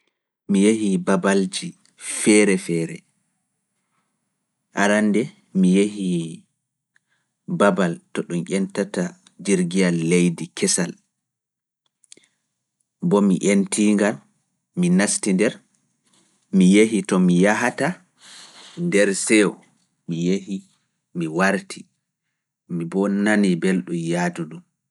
Mi yahii babalji feere feere, arande mi yahii babal to ɗum ƴentata jirgiyal leydi kesal, mbo mi ƴenti ngal, mi nasti nder, mi yahii to mi yahata nder seyo, mi yahii, mi warti, mi bo nani belɗum yahdu ɗum.